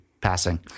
passing